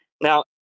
Now